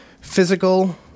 physical